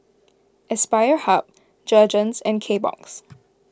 Aspire Hub Jergens and Kbox